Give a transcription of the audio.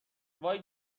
وای